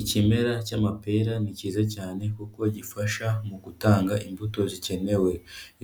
Ikimera cy'amapera, ni cyiza cyane kuko gifasha mu gutanga imbuto zikenewe,